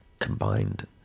combined